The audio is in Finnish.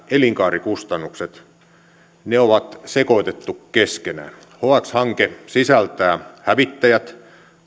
elinkaarikustannukset on sekoitettu keskenään hx hanke sisältää hävittäjät